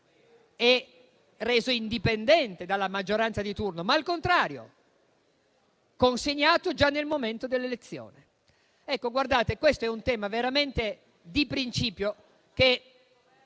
e reso indipendente dalla maggioranza di turno, ma, al contrario, consegnato già nel momento delle elezioni. Questo è veramente un tema di principio,